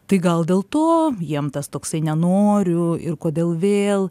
tai gal dėl to jiem tas toksai nenoriu ir kodėl vėl